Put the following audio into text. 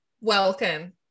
welcome